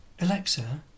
Alexa